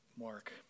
Mark